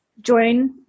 join